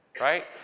Right